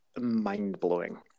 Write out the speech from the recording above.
mind-blowing